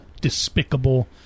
despicable